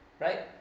Right